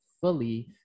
fully